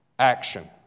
Action